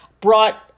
brought